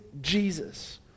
Jesus